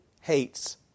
hates